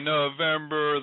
November